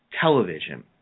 television